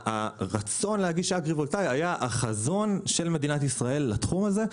הרצון להגיש אגרי-וולטאי היה החזון של מדינת ישראל לתחום הזה,